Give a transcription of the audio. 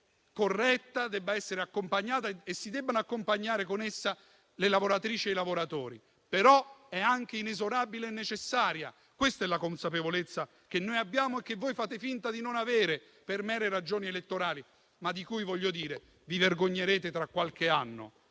corretta, che si devono accompagnare con essa le lavoratrici e i lavoratori, ma è anche inesorabile e necessaria: questa è la consapevolezza che noi abbiamo e che voi fate finta di non avere per mere ragioni elettorali, ma di cui - lo voglio dire - vi vergognerete tra qualche anno,